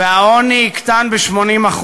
והעוני יקטן ב-80%.